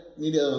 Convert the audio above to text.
media